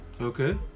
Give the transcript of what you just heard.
Okay